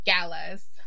galas